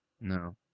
No